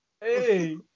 Hey